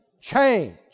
Change